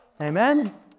Amen